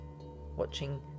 Watching